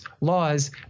laws